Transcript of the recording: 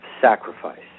sacrifice